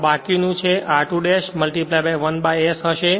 આ બાકીનું છે r2 ' 1 s હશે